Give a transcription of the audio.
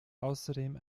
außerdem